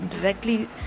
directly